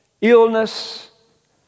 illness